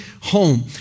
home